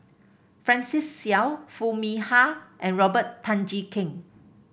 Francis Seow Foo Mee Har and Robert Tan Jee Keng